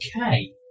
Okay